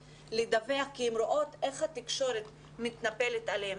לדווח כי הן רואות איך התקשורת מתנפלת עליהן.